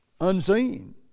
unseen